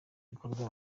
bikorwa